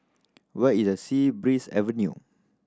where is the Sea Breeze Avenue